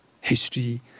history